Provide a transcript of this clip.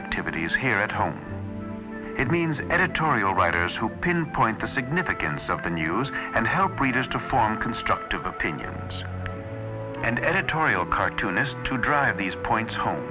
activities here at home it means editorial writers who pinpoint the significance of the news and help readers to form constructive opinions and editorial cartoonist to drive these points home